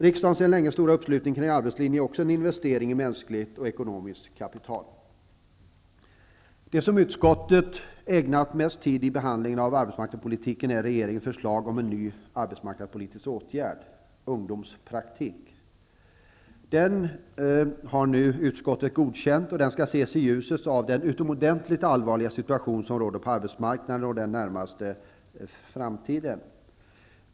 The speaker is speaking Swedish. Riksdagens sedan länge stora uppslutning kring arbetslinjen är också en investering i mänskligt och ekonomiskt kapital. Det som utskottet har ägnat mest tid vid behandlingen av arbetsmarknadspolitiken är regeringens förslag om en ny arbetsmarknadspolitisk åtgärd, ungdomspraktik. Den har nu utskottet godkänt, och den skall ses i ljuset av den utomordentligt allvarliga situation som råder på arbetsmarknaden och den närmaste framtiden.